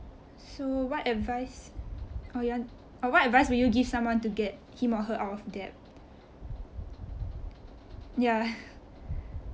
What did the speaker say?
so what advice or you want or what advice will you give someone to get him or her out of debt ya